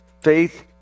faith